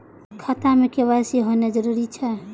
खाता में के.वाई.सी होना जरूरी छै?